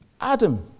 Adam